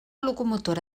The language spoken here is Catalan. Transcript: locomotora